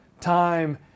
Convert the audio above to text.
time